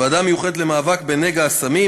בוועדה המיוחדת למאבק בנגע הסמים,